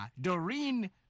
Doreen